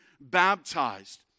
baptized